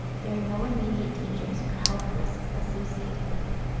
there are no immediate dangers or health risks associated with it.